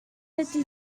ydy